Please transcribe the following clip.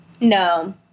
No